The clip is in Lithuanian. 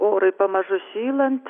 orui pamažu šylant